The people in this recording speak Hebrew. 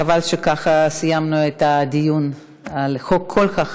חבל שככה סיימנו את הדיון על חוק כל כך חשוב.